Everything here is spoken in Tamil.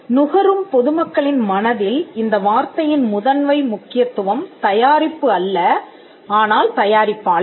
நுகரும் பொதுமக்களின் மனதில் இந்த வார்த்தையின் முதன்மை முக்கியத்துவம் தயாரிப்பு அல்ல ஆனால் தயாரிப்பாளர்